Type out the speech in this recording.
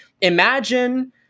imagine